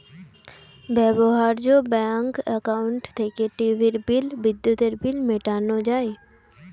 ব্যবহার্য bank account থেকে টিভির বিল, বিদ্যুতের বিল মেটানো যায়